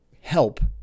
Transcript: help